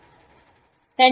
Refer Time 3416